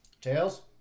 Tails